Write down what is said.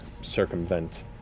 circumvent